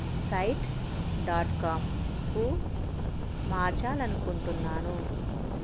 site dot కామ్కు మార్చాలి అనుకుంటున్నాను